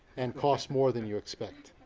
and costs more than you expect.